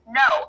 no